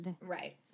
Right